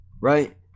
Right